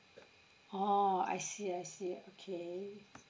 oh I see I see okay